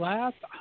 Last